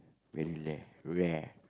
really rare rare